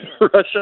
Russia